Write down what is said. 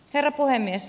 herra puhemies